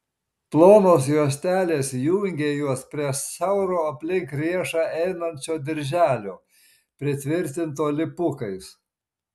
plonos juostelės jungė juos prie siauro aplink riešą einančio dirželio pritvirtinto lipukais